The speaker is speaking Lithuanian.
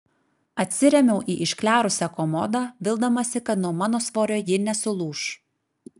atsirėmiau į išklerusią komodą vildamasi kad nuo mano svorio ji nesulūš